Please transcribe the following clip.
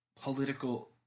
political